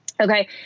Okay